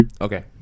okay